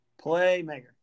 Playmaker